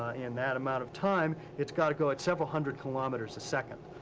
in that amount of time, it's got to go at several hundred kilometers a second,